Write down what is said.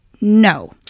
no